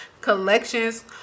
collections